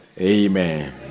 Amen